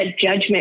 judgment